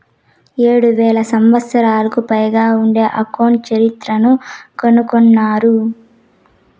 ఏడు వేల సంవత్సరాలకు పైగా ఉండే అకౌంట్ చరిత్రను కనుగొన్నారు